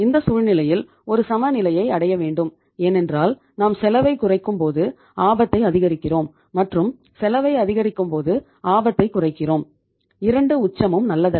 இந்த சூழ்நிலையில் ஒரு சமநிலையை அடைய வேண்டும் ஏனென்றால் நாம் செலவை குறைக்கும் போது ஆபத்தை அதிகரிக்கிறோம் மற்றும் செலவை அதிகரிக்கும்போது ஆபத்தை குறைக்கிறோம் இரண்டு உச்சமும் நல்லதல்ல